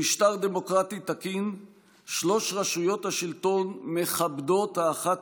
במשטר דמוקרטי תקין שלוש רשויות השלטון מכבדות האחת